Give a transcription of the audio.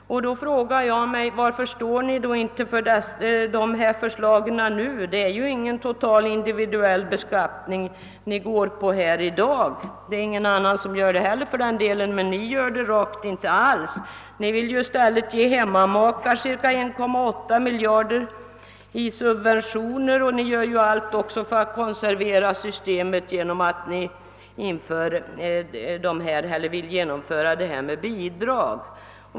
Men varför står ni inte för era förslag nu? Ni går ju inte på linjen med en fullt genomförd individuell beskattning här i dag. Det är det ingen annan som gör heller för den delen, men ni gör det då rakt inte alls. Ni vill i stället ge hemmamakarna cirka 1,8 miljarder i bidrag, och ni gör allt för att konservera systemet genom att ni föreslår att detta skall genomföras medelst bidrag.